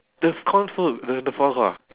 the f~ corn food the the foie gras